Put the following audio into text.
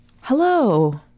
hello